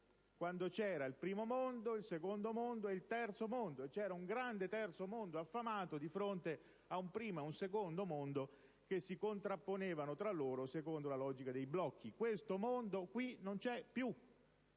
quando c'era un Primo, un Secondo e un Terzo mondo, quando c'era un grande Terzo mondo affamato di fronte a un Primo e ad un Secondo mondo che si contrapponevano tra loro secondo la logica dei blocchi. Questo mondo non c'è più,